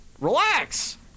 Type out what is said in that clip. relax